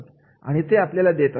आणि ते आपल्याला देत असतात